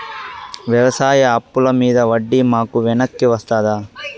వ్యవసాయ అప్పుల మీద వడ్డీ మాకు వెనక్కి వస్తదా?